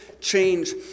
change